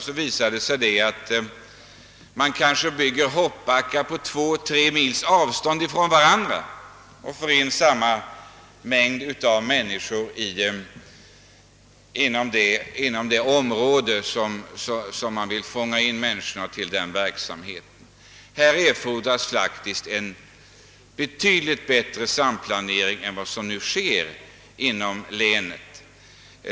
Då visar det sig kanske att man bygger hoppbackar på två å tre mils avstånd ifrån varandra och för in samma mängd människor inom detta område som man vill fånga in till den verksamheten. Härvidlag erfordras faktiskt en betydligt bättre samplanering än den som nu förekommer inom länen.